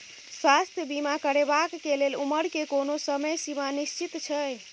स्वास्थ्य बीमा करेवाक के लेल उमर के कोनो समय सीमा निश्चित छै?